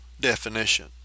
definition